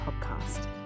podcast